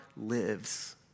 lives